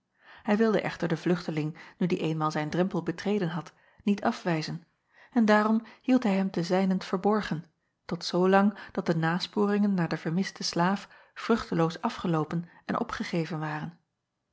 ij wilde echter den vluchteling nu die eenmaal zijn drempel betreden had niet afwijzen en daarom hield hij hem te zijnent verborgen tot zoo lang dat de nasporingen naar den vermisten slaaf vruchteloos afgeloopen en opgegeven waren